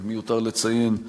מיותר לציין,